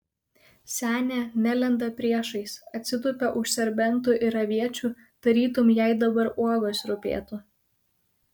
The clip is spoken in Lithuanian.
senė nelenda priešais atsitupia už serbentų ir aviečių tarytum jai dabar uogos rūpėtų